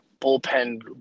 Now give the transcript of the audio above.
bullpen